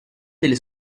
delle